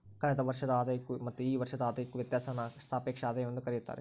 ಕಳೆದ ವರ್ಷದ ಆದಾಯಕ್ಕೂ ಮತ್ತು ಈ ವರ್ಷದ ಆದಾಯಕ್ಕೂ ವ್ಯತ್ಯಾಸಾನ ಸಾಪೇಕ್ಷ ಆದಾಯವೆಂದು ಕರೆಯುತ್ತಾರೆ